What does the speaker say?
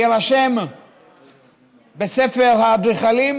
להירשם בספר האדריכלים,